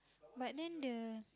but then the